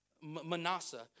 Manasseh